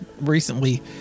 recently